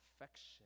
affection